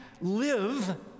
live